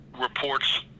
reports